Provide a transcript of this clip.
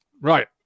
Right